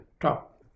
top